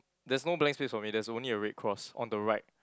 there's no blank space for me there's only a red cross on the right